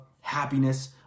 happiness